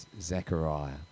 Zechariah